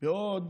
בעוד